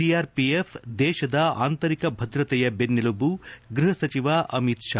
CRPF ದೇಶದ ಆಂತರಿಕ ಭದ್ರತೆಯ ಬೆನ್ನೆಲಬು ಗೃಹ ಸಚಿವ ಅಮಿತ್ ಶಾ